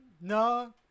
No